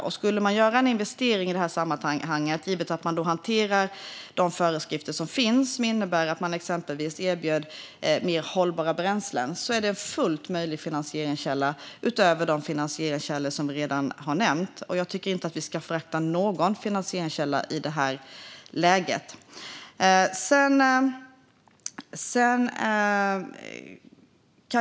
Om man gör en investering, hanterar de föreskrifter som finns och erbjuder till exempel mer hållbara bränslen är detta en fullt möjlig finansieringskälla utöver de finansieringskällor vi redan har nämnt. Jag tycker inte att vi ska förakta någon finansieringskälla i detta läge.